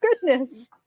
goodness